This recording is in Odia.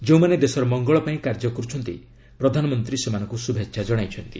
ଯେଉଁମାନେ ଦେଶର ମଙ୍ଗଳ ପାଇଁ କାର୍ଯ୍ୟ କରୁଛନ୍ତି ପ୍ରଧାନମନ୍ତ୍ରୀ ସେମାନଙ୍କୁ ଶୁଭେଚ୍ଛା ଜଣାଇଛନ୍ତି